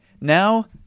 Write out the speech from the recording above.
now